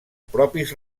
propis